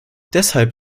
deshalb